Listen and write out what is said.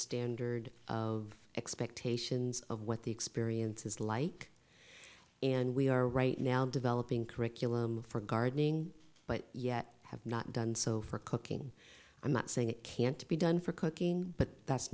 standard of expectations of what the experience is like and we are right now developing curriculum for gardening but yet have not done so for cooking i'm not saying it can't be done for cooking but that's